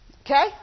Okay